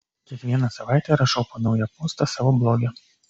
kiekvieną savaitę rašau po naują postą savo bloge